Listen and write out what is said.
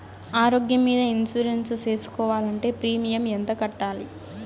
ఆరోగ్యం మీద ఇన్సూరెన్సు సేసుకోవాలంటే ప్రీమియం ఎంత కట్టాలి?